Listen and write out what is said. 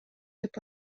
деп